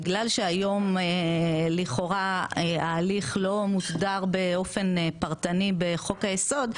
בגלל שהיום לכאורה ההליך לא מוסדר באופן פרטני בחוק היסוד,